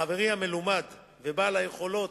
חברי המלומד ובעל היכולות,